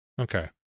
Okay